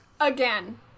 again